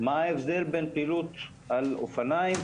מה ההבדל בין פעילות על אופניים,